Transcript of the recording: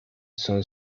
son